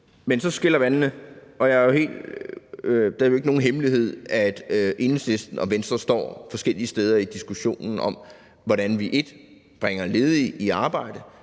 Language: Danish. men så skiller vandene. Og det er jo ikke nogen hemmelighed, at Enhedslisten og Venstre står forskellige steder i diskussionen om, hvordan vi bringer ledige i arbejde,